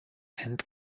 and